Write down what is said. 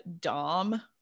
dom